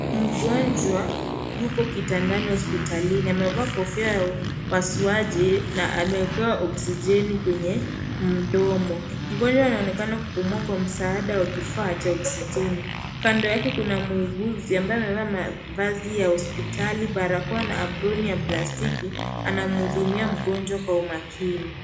Mgonjwa yupo kitandani hospitalini. Amevaa kofia ya upasuaji, na ameekewa oksijeni kwenye mdomo. Mgonjwa anaonekana kupumua kwa msaada wa kifaa cha oksijeni. Kando yake kuna muuguzi ambaye amevaa mavazi ya hospitali, barakoa na aproni ya plastiki, anamhudumia mgonjwa kwa umakini.